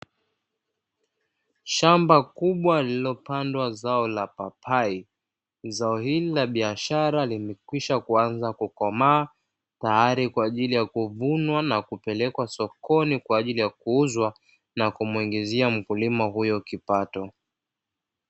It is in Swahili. Shamba kubwa lililopandwa zao la papai, zao hili la biashara limekwisha kuanza kukomaa, tayari kwa ajili ya kuvunwa na kupelekwa sokoni kwa ajili ya kuuzwa na kumwingizia mkulima huyo kipato.